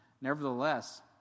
Nevertheless